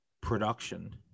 production